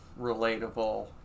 relatable